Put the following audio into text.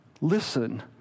Listen